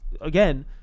again